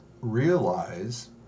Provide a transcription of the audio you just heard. realize